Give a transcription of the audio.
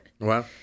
Wow